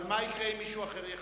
אבל מה יקרה אם מישהו אחר יחליט?